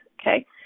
Okay